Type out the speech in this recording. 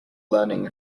learning